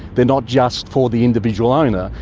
they're not just for the individual owner,